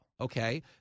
okay